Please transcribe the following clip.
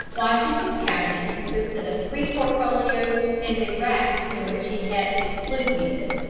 washington's cabinet consisted of three portfolios and a rack in which he kept his flute-music.